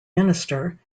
minister